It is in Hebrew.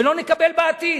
ולא נקבל בעתיד.